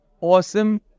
awesome